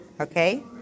Okay